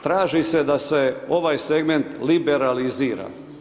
Traži se da se ovaj segment liberalizira.